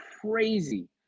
crazy